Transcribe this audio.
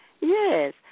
Yes